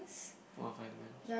one or five months